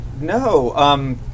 no